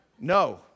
No